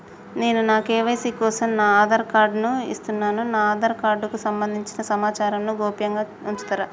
నేను నా కే.వై.సీ కోసం నా ఆధార్ కార్డు ను ఇస్తున్నా నా ఆధార్ కార్డుకు సంబంధించిన సమాచారంను గోప్యంగా ఉంచుతరా?